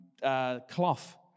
cloth